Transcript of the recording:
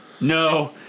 No